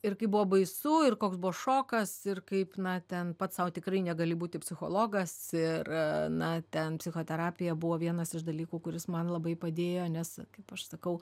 ir kaip buvo baisu ir koks buvo šokas ir kaip na ten pats sau tikrai negali būti psichologas ir na ten psichoterapija buvo vienas iš dalykų kuris man labai padėjo nes kaip aš sakau